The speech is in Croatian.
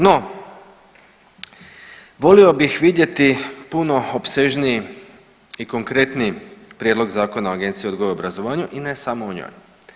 No, volio bih vidjeti puno opsežniji i konkretniji Prijedlog Zakona o Agenciji o odgoju i obrazovanju i ne samo o njoj.